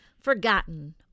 Forgotten